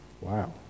Wow